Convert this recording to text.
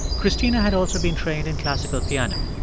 cristina had also been trained in classical piano.